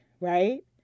right